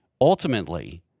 Ultimately